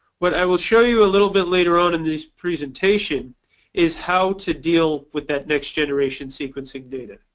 what i will show you a little bit later on in this presentation is how to deal with that next-generation sequencing data.